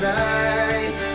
right